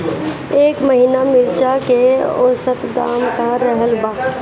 एह महीना मिर्चा के औसत दाम का रहल बा?